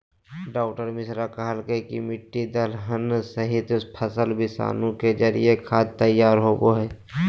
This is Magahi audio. डॉ मित्रा कहलकय कि मिट्टी, दलहनी सहित, फसल विषाणु के जरिए खाद तैयार होबो हइ